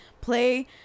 play